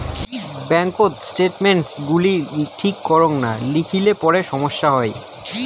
ব্যাঙ্ককোত স্টেটমেন্টস গুলি ঠিক করাং না লিখিলে পরে সমস্যা হই